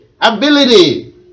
Ability